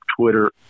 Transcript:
Twitter